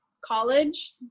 college